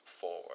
forward